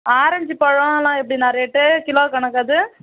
orange பழமெலாம் எப்படிண்ணா rate kilo கணக்கா அது